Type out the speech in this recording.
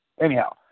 anyhow